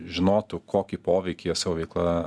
žinotų kokį poveikį jie savo veikla